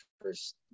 first